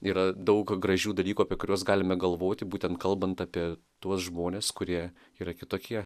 yra daug gražių dalykų apie kuriuos galime galvoti būtent kalbant apie tuos žmones kurie yra kitokie